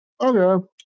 Okay